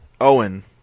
Owen